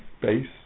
base